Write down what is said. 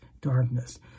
darkness